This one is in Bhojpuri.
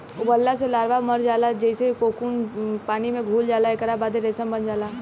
उबालला से लार्वा मर जाला जेइसे कोकून पानी में घुल जाला एकरा बाद रेशम बन जाला